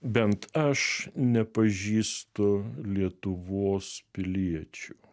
bent aš nepažįstu lietuvos piliečių